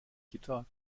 gitter